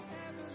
heaven